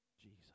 Jesus